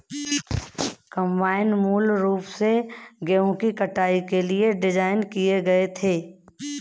combine मूल रूप से गेहूं की कटाई के लिए डिज़ाइन किए गए थे